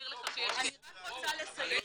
רוצה לסיים.